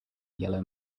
yellow